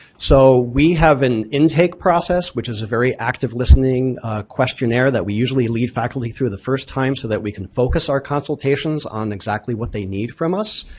so we have an intake process which is a very active listening questionnaire that we usually lead faculty through the first time so that we can focus our consultations on exactly what they need from us.